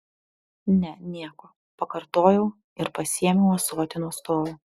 ne nieko pakartojau ir pasiėmiau ąsotį nuo stovo